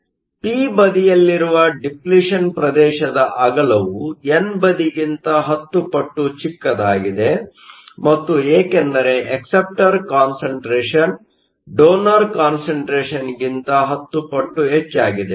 ಆದ್ದರಿಂದ ಪಿ ಬದಿಯಲ್ಲಿರುವ ಡಿಪ್ಲಿಷನ್Depletion ಪ್ರದೇಶದ ಅಗಲವು ಎನ್ ಬದಿಗಿಂತ 10 ಪಟ್ಟು ಚಿಕ್ಕದಾಗಿದೆ ಮತ್ತು ಏಕೆಂದರೆ ಅಕ್ಸೆಪ್ಟರ್ ಕಾನ್ಸಂಟ್ರೇಷನ್Acceptor concentration ಡೋನರ್ ಕಾನ್ಸಂಟ್ರೇಷನ್ಗಿಂತ 10 ಪಟ್ಟು ಹೆಚ್ಚಾಗಿದೆ